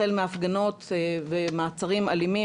החל מההפגנות ומעצרים אלימים,